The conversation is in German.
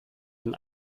den